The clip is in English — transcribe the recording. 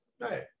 right